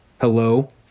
Hello